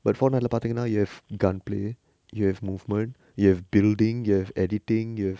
but fortnite lah பாத்திங்கனா:paathingana you have gun play you have movement you have building you have editing you have